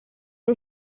era